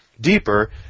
deeper